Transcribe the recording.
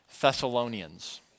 Thessalonians